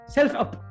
Self-up